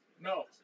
No